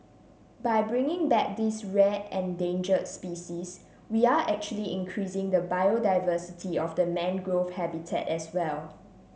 by bringing back this rare endangered species we are actually increasing the biodiversity of the mangrove habitat as well